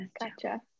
gotcha